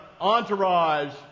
entourage